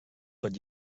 tot